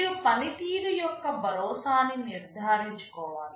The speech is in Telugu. మీరు పనితీరు యొక్క భరోసాని నిర్ధారించుకోవాలి